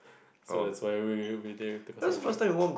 so that's why we we didn't have to our trip